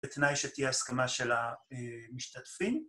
בתנאי שתהיה הסכמה של המשתתפים